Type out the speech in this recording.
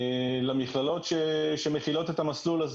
למכללות שמכילות את המסלול הזה.